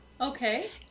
Okay